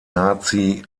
nazi